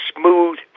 smooth